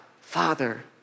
Father